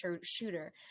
shooter